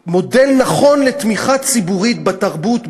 שהוא מודל נכון לתמיכה ציבורית בתרבות,